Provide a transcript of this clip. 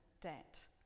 debt